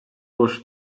boş